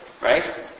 right